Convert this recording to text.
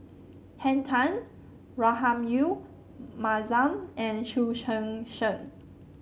Henn Tan Rahayu Mahzam and Chu Chee Seng